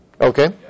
Okay